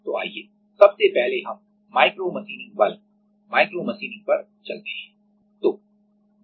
तो आइए सबसे पहले हम micro machining bulk bulk micro machining पर चलते हैं